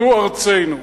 זו ארצנו.